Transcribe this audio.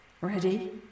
Ready